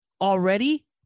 already